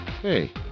Hey